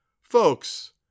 Folks